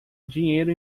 dinheiro